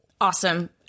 Awesome